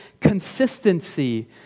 consistency